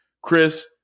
Chris